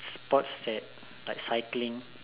sports that like cycling